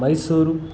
Mysuru